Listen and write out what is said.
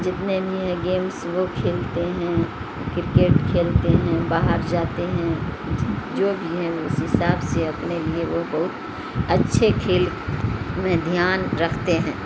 جتنے بھی ہیں گیمس وہ کھیلتے ہیں کرکیٹ کھیلتے ہیں باہر جاتے ہیں جو بھی ہیں اس حساب سے اپنے لیے وہ بہت اچھے کھیل میں دھیان رکھتے ہیں